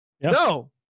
No